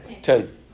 Ten